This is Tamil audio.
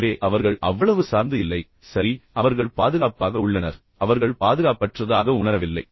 எனவே அவர்கள் அவ்வளவு சார்ந்து இல்லை சரி அவர்கள் பாதுகாப்பாக உள்ளனர் அவர்கள் பாதுகாப்பற்றதாக உணரவில்லை